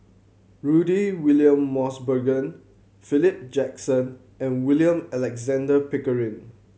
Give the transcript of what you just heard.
Rudy William Mosbergen Philip Jackson and William Alexander Pickering